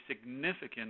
significant